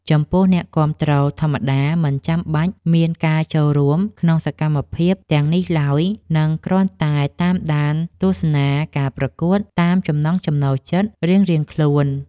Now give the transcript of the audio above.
ចំពោះអ្នកគាំទ្រធម្មតាមិនចាំបាច់មានការចូលរួមក្នុងសកម្មភាពទាំងនេះឡើយ និង គ្រាន់តែតាមដានទស្សនាការប្រកួតតាមចំណង់ចំណូលចិត្តរៀងៗខ្លួន។